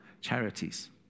charities